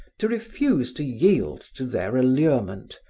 to refuse to yield to their allurement,